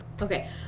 Okay